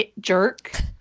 jerk